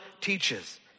teaches